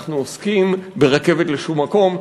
אנחנו עוסקים ברכבת לשום מקום,